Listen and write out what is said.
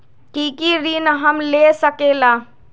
की की ऋण हम ले सकेला?